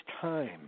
time